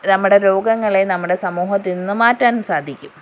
നമ്മുടെ രോഗങ്ങളെ നമ്മുടെ സമൂഹത്തിൽ നിന്നും മാറ്റാനും സാധിക്കും